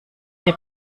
der